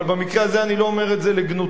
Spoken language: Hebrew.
אבל במקרה הזה אני לא אומר את זה לגנותם.